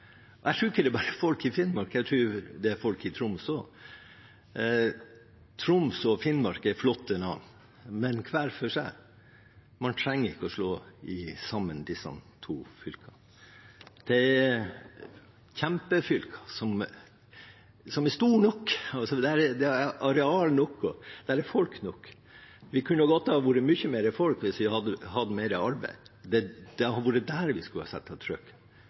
Jeg tror ikke det bare gjelder folk i Finnmark, jeg tror det gjelder folk i Troms også. Troms og Finnmark er flotte navn, men hver for seg. Man trenger ikke slå sammen disse to fylkene. Det er kjempefylker som er store nok – det er areal nok, og det er folk nok. Vi kunne også godt ha vært mye flere folk hvis vi hadde hatt mer arbeid. Det er der vi skulle ha satt inn trykket: